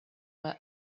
where